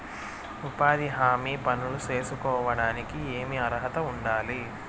ఉపాధి హామీ పనులు సేసుకోవడానికి ఏమి అర్హత ఉండాలి?